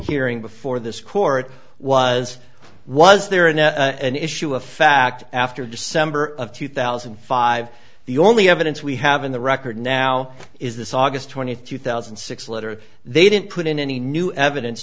hearing before this court was was there in an issue of fact after december of two thousand and five the only evidence we have in the record now is this august twenty eighth two thousand and six letter they didn't put in any new evidence